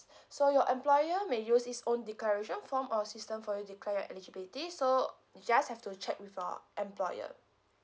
so your employer may use its own declaration form or system for you declare your eligibility so you just have to check with your employer